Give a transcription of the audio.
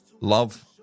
love